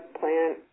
plant